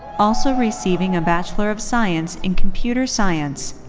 also receiving a bachelor of science in computer science.